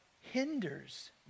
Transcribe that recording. hinders